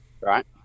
right